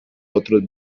otros